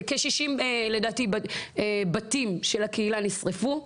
כ-60 בתים של הקהילה נשרפו,